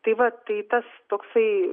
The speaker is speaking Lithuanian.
tai va tai tas toksai